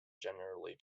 generally